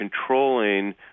controlling